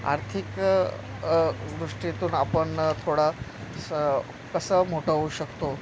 आर्थिक दृष्टीतून आपण थोडा अस कसां मोठं होऊ शकतो